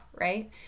right